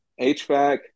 HVAC